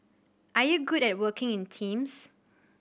are you good at working in teams